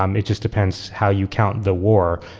um it just depends how you count the war.